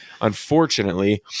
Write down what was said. unfortunately